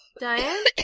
Diane